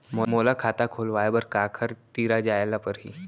मोला खाता खोलवाय बर काखर तिरा जाय ल परही?